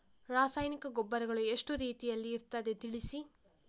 ರಾಸಾಯನಿಕ ಗೊಬ್ಬರಗಳು ಎಷ್ಟು ರೀತಿಯಲ್ಲಿ ಇರ್ತದೆ ತಿಳಿಸಿ?